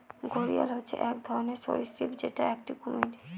ঘড়িয়াল হচ্ছে এক ধরনের সরীসৃপ যেটা একটি কুমির